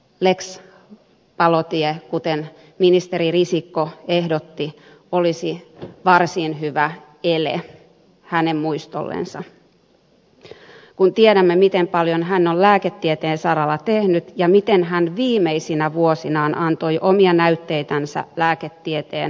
lex palotie kuten ministeri risikko ehdotti olisi varsin hyvä ele hänen muistollensa kun tiedämme miten paljon hän on lääketieteen saralla tehnyt ja miten hän viimeisinä vuosinaan antoi omia näytteitänsä lääketieteen hyödynnettäväksi